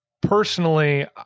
personally